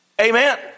Amen